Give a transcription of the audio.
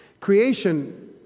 Creation